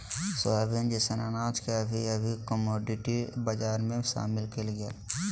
soybean जैसन अनाज के अभी अभी कमोडिटी बजार में शामिल कइल गेल हइ